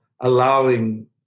allowing